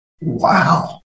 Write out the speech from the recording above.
wow